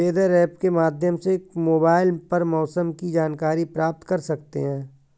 weather app के माध्यम से मोबाइल पर मौसम की जानकारी प्राप्त कर सकते हैं